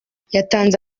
yatanze